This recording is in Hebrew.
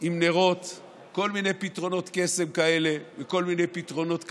עם נרות כל מיני פתרונות קסם כאלה וכל מיני פתרונות כאלה.